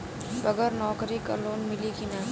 बगर नौकरी क लोन मिली कि ना?